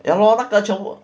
ya lor 那个全部